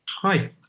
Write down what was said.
Hi